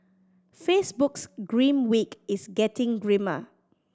Facebook's grim week is getting grimmer